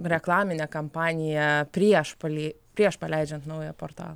reklaminė kampanija prieš jį prieš paleidžiant naują portalą